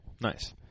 Nice